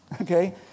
okay